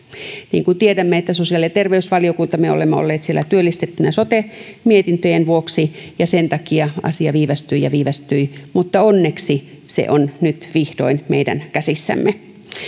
niin kuin tiedämme sosiaali ja terveysvaliokunnassa me olemme olleet työllistettyinä sote mietintöjen vuoksi ja sen takia asia viivästyi ja viivästyi mutta onneksi se on nyt vihdoin meidän käsissämme